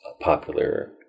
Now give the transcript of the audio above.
popular